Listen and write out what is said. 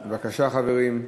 בבקשה, חברים.